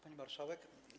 Pani Marszałek!